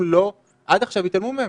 שעד עכשיו התעלמו מהצעירים.